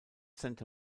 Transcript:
santa